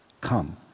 Come